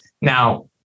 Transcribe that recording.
Now